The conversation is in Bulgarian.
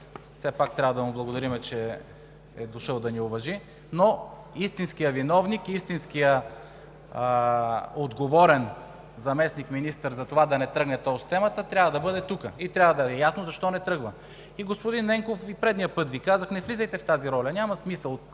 Все пак трябва да му благодарим, че е дошъл да ни уважи, но истинският виновник, истинският отговорен заместник-министър да не тръгне тол системата трябва да бъде тук и трябва да е ясно защо не тръгва. Господин Ненков, и предния път Ви казах: не влизайте в тази роля, няма смисъл.